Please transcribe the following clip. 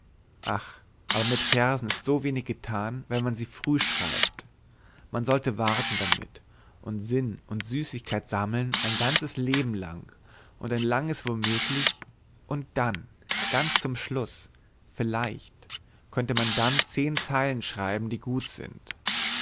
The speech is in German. ach aber mit versen ist so wenig getan wenn man sie früh schreibt man sollte warten damit und sinn und süßigkeit sammeln ein ganzes leben lang und ein langes womöglich und dann ganz zum schluß vielleicht könnte man dann zehn zeilen schreiben die gut sind